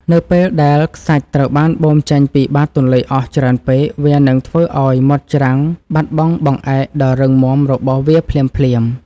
នៅពេលដែលខ្សាច់ត្រូវបានបូមចេញពីបាតទន្លេអស់ច្រើនពេកវានឹងធ្វើឱ្យមាត់ច្រាំងបាត់បង់បង្អែកដ៏រឹងមាំរបស់វាភ្លាមៗ។